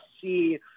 see